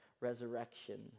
resurrection